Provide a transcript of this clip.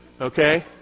okay